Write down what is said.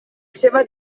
seva